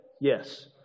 Yes